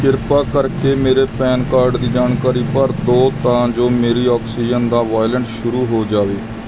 ਕਿਰਪਾ ਕਰਕੇ ਮੇਰੇ ਪੈਨ ਕਾਰਡ ਦੀ ਜਾਣਕਾਰੀ ਭਰ ਦਿਉ ਤਾਂ ਜੋ ਮੇਰੀ ਆਕਸੀਜਨ ਦਾ ਵਾਇਲਟ ਸ਼ੁਰੂ ਹੋ ਜਾਵੇ